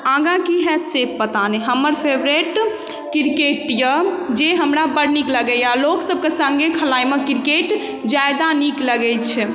आगा कि हैत से पता नहि हमर फेवरेट क्रिकेट यऽ जे हमरा बड़ नीक लगैए लोक सभके सङ्गे खेलाइमे क्रिकेट जादा नीक लगै छै